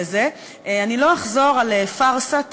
אני לא אחזור על פארסת